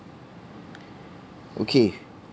okay